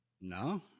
No